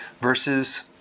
versus